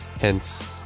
hence